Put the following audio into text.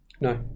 No